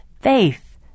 faith